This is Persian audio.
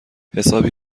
حسابی